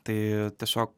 tai tiesiog